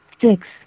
six